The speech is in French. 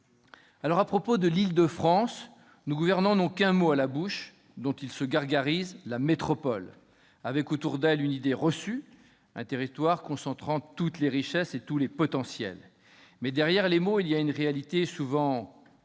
À propos de l'Île-de-France, nos gouvernants n'ont qu'un mot à la bouche, dont ils se gargarisent, la « métropole », avec, autour d'elle, une idée reçue : un territoire concentrant toutes les richesses et tous les potentiels. Or, derrière les mots, la réalité est souvent bien